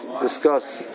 discuss